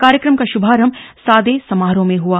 कार्यक्रम का शुभारंभ सादे समारोह में हुआ